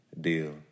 deal